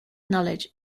knowledge